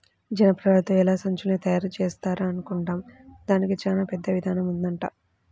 జనపనారతో ఎలా సంచుల్ని తయారుజేత్తారా అనుకుంటాం, దానికి చానా పెద్ద ఇదానం ఉంటదంట